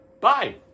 bye